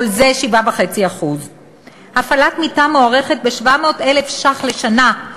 כל זה 7.5%. הפעלת מיטה מוערכת ב-700,000 שקל לשנה,